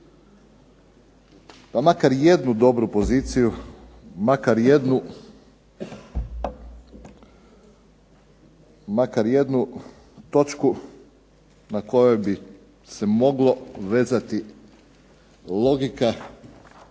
pa makar i jednu dobru poziciju, makar jednu točku na kojoj bi se moglo vezati logika